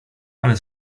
ale